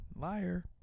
Liar